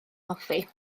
hoffi